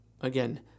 Again